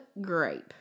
Grape